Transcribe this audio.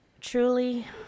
Truly